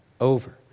over